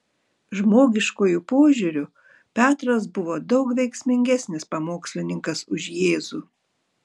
žmogiškuoju požiūriu petras buvo daug veiksmingesnis pamokslininkas už jėzų